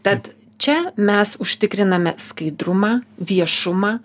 tad čia mes užtikriname skaidrumą viešumą